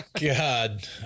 God